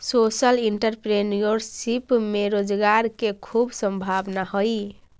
social entrepreneurship में रोजगार के खूब संभावना हई